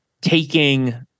taking